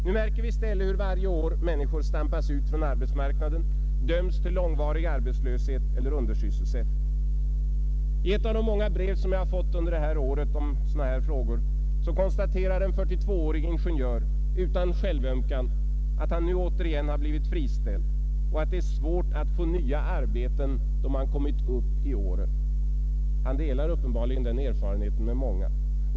Nu märker vi i stället hur varje år människor stampas ut från arbetsmarknaden, döms till långvarig arbetslöshet eller undersysselsättning. I ett av de många brev som jag har fått under det senaste året om sådana här frågor konstaterar en 42-årig ingenjör utan självömkan att han nu återigen har blivit friställd och att det är svårt att få ”nya arbeten då man kommit upp i åren”. Han delar uppenbarligen den erfarenheten med många.